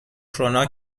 کرونا